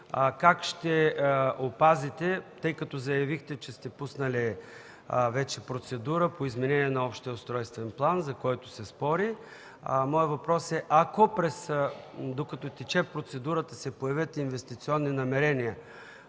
е следният. Тъй като заявихте, че сте пуснали вече процедура по изменение на общия устройствен план, за който се спори, ако, докато тече процедурата, се появят инвестиционни намерения